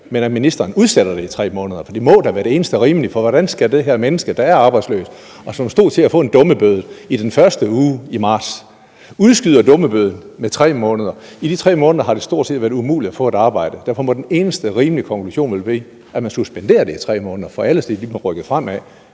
men at ministeren udsætter det i 3 måneder. For det må da være det eneste rimelige. Situationen for de her mennesker, der er arbejdsløse, og som stod til at få en dummebøde i den første uge i marts, og hvor man udskyder dummebøden med 3 måneder, er sådan, at i de 3 måneder har det stort set været umuligt at få et arbejde. Derfor må den eneste rimelige konklusion vel blive, at man suspenderer det i 3 måneder, for ellers bliver det ligesom rykket fremad.